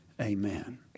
Amen